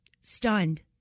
stunned